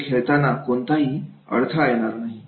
म्हणजे खेळताना कोणताही अडथळा येणार नाही